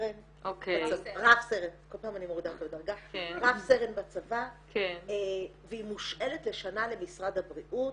רב סרן בצבא, והיא מושאלת לשנה למשרד הבריאות